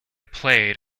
played